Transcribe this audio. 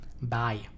Bye